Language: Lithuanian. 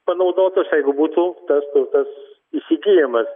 panaudotos jeigu būtų tas turtas įsigyjamas